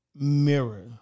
mirror